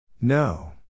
No